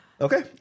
Okay